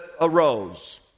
arose